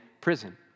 prison